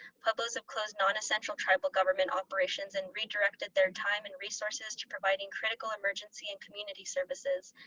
pueblos have closed nonessential tribal government operations and redirected their time and resources to providing critical emergency and community services.